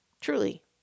truly